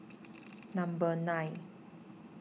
number nine